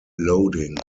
loading